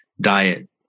diet